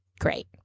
Great